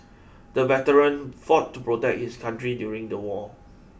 the veteran fought to protect his country during the war